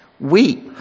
Weep